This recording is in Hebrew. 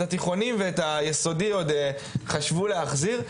את התיכונים ואת היסודי עוד חשוב להחזיר,